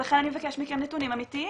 ולכן אני מבקשת מכם נתונים אמיתיים.